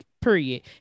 period